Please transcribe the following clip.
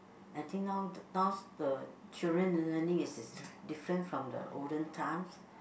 I think now now the children learning is different from the olden times